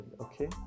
okay